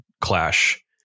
clash